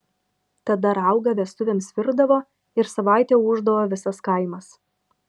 tada raugą vestuvėms virdavo ir savaitę ūždavo visas kaimas